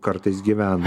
kartais gyvena